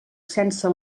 sense